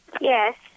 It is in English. Yes